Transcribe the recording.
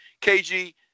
KG